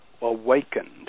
awakened